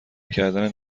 کردن